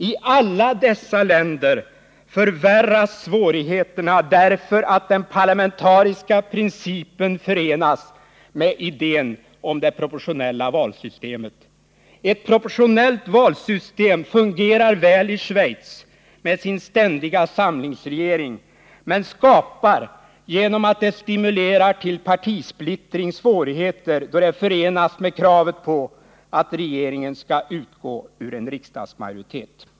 I alla dessa länder förvärras svårigheterna, därför att den parlamentariska principen förenas med idén om det proporiionella valsystemet. Ett proportionellt valsystem fungerar väl i Schweiz med dess ständiga samlingsregering men skapar, på grund av att det stimulerar till partisplittring, svårigheter då det förenas med kravet på att regeringen skall utgå ur en riksdagsmajoritet.